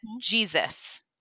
Jesus